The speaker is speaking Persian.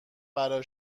برا